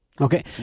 Okay